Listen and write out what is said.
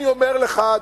אני אומר לך,